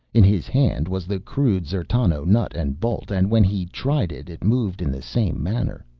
in his hand was the crude d'zertano nut and bolt, and when he tried it it moved in the same manner.